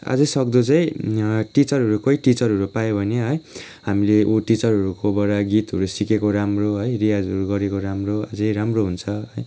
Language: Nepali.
अझै सक्दो चाहिँ टिचरहरू कोही टिचरहरू पायो भने है हामीले उ टिचरहरूकोबाट गीतहरू सिकेको राम्रो है रियाजहरू गरेको राम्रो अझै राम्रो हुन्छ है